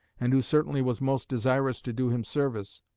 and who certainly was most desirous to do him service.